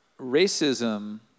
racism